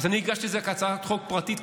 אני הגשתי את זה כהצעת חוק פרטית,